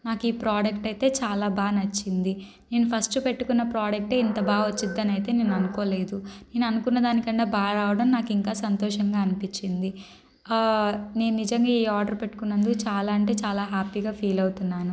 నాకు ప్రోడక్ట్ అయితే చాలా బాగా నచ్చింది నేను ఫస్ట్ పెట్టుకున్న ప్రోడక్టే ఇంత బాగా వచ్చింది అయితే నేను అనుకోలేదు నేను అనుకున్న దానికన్నా బాగా రావడం నాకు ఇంకా సంతోషంగా అనిపించింది నేను నిజంగా ఆర్డర్ పెట్టుకున్నందుకు చాలా అంటే చాలా హ్యాపీగా ఫీల్ అవుతున్నాను